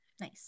nice